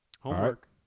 Homework